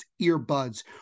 Earbuds